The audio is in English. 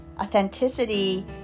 authenticity